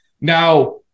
Now